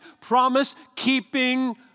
promise-keeping